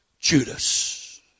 Judas